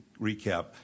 recap